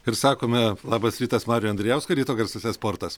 ir sakome labas rytas mariui andrijauskui ryto garsuose sportas